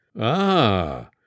Ah